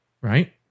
right